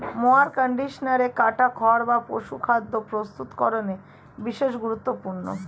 mower কন্ডিশনারে কাটা খড় বা পশুখাদ্য প্রস্তুতিকরনে বিশেষ গুরুত্বপূর্ণ